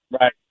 Right